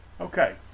Okay